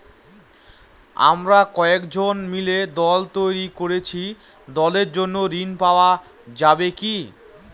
আমরা কয়েকজন মিলে দল তৈরি করেছি দলের জন্য ঋণ পাওয়া যাবে কি?